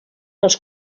els